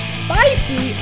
spicy